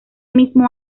mismo